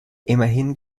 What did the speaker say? immerhin